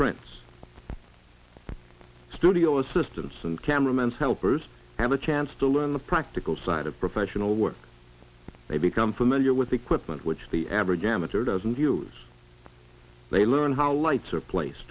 prints studio assistants and cameramen helpers have a chance to learn the practical side of professional work they become familiar with equipment which the average amateur doesn't use they learn how lights are place